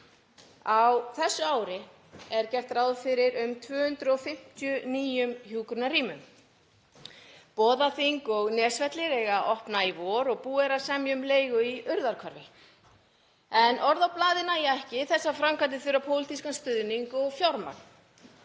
Á þessu ári er gert ráð fyrir um 250 nýjum hjúkrunarrýmum. Boðaþing og Nesvellir eiga að opna í vor og búið er að semja um leigu í Urðarhvarfi. En orð á blaði nægja ekki. Þessar framkvæmdir þurfa pólitískan stuðning og fjármagn.